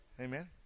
Amen